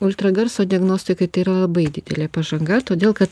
ultragarso diagnostikai tai yra labai didelė pažanga todėl kad